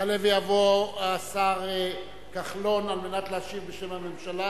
יעלה ויבוא השר כחלון להשיב בשם הממשלה